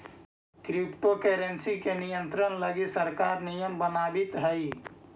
crypto currency के नियंत्रण लगी सरकार नियम बनावित हइ